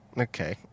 okay